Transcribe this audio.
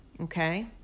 okay